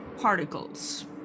Particles